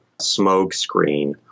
smokescreen